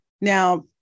Now